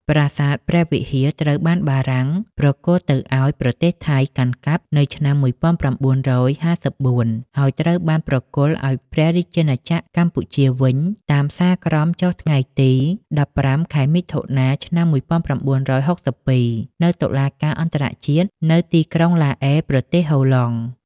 ប្រាសាទព្រះវិហារ ត្រូវបានបារាំងប្រគល់ទៅឱ្យប្រទេសថៃកាន់កាប់នៅឆ្នាំ១៩៥៤ ហើយត្រូវបានប្រគល់ឱ្យព្រះរាជាណាចក្រកម្ពុជាវិញតាមសាលក្រមចុះថ្ងៃទី១៥ ខែមិថុនា ឆ្នាំ១៩៦២ នៅតុលាការអន្តរជាតិនៅទីក្រុងឡាអេប្រទេសហូឡង់។